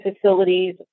facilities